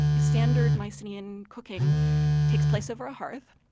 standard mycenaean cooking takes place over a hearth,